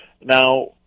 Now